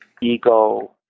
ego